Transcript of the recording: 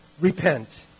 repent